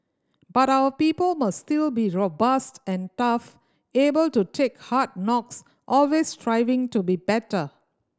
but our people must still be robust and tough able to take hard knocks always striving to be better